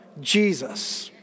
Jesus